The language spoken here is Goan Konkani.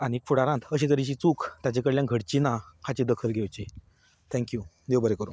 आनी फुडारांत अशे तरेची चूक ताचे कडल्यान घडची ना हाची दखल घेवची थँक्यू देव बरें करूं